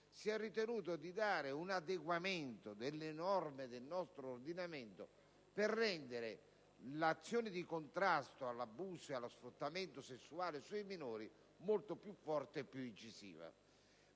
si è ritenuto di dare un adeguamento alle norme del nostro ordinamento, per rendere l'azione di contrasto all'abuso e allo sfruttamento sessuale sui minori molto più forte ed incisiva.